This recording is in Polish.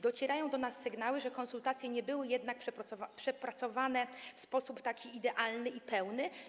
Docierają do nas sygnały, że konsultacje nie były jednak przeprowadzone w sposób idealny i pełny.